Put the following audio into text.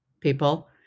people